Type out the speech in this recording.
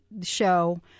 show